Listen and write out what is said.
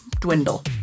dwindle